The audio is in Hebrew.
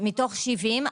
70,